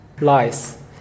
Lies